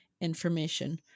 information